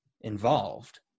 involved